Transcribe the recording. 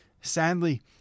sadly